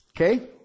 Okay